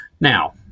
Now